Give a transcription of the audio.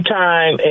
time